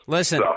Listen